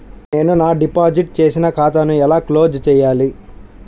నేను నా డిపాజిట్ చేసిన ఖాతాను ఎలా క్లోజ్ చేయాలి?